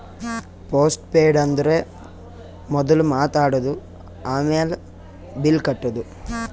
post paid ಅಂದುರ್ ಮೊದುಲ್ ಮಾತ್ ಆಡದು, ಆಮ್ಯಾಲ್ ಬಿಲ್ ಕಟ್ಟದು